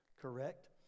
correct